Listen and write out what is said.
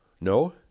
No